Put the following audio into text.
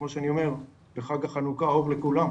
כמו שאני אומר בחג החנוכה, אור לכולם,